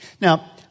Now